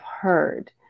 heard